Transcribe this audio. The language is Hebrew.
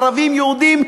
ערבים יהודים,